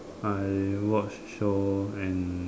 I watch show and